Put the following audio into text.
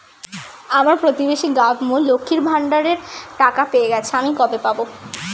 আমার প্রতিবেশী গাঙ্মু, লক্ষ্মীর ভান্ডারের টাকা পেয়ে গেছে, আমি কবে পাব?